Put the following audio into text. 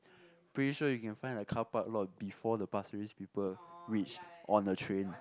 pretty sure you can find a carpark lot before the pasir-ris people reach on the train